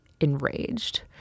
enraged